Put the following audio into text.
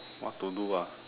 what to do ah